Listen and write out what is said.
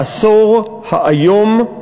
העשור האיום,